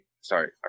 Sorry